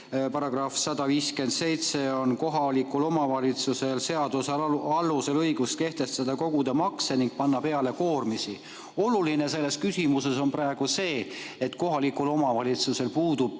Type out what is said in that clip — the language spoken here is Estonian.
järgi on kohalikul omavalitsusel seaduse alusel õigus kehtestada ja koguda makse ning panna peale koormisi. Oluline selles küsimuses on praegu see, et kohalikul omavalitsusel puudub